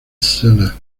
seller